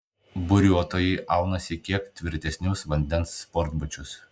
buriuotojai aunasi kiek tvirtesnius vandens sportbačius